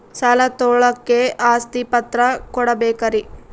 ಸಾಲ ತೋಳಕ್ಕೆ ಆಸ್ತಿ ಪತ್ರ ಕೊಡಬೇಕರಿ?